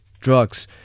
drugs